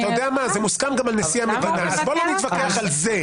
ומוסכם גם על נשיא המדינה אז בוא לא נתווכח על זה.